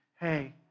hey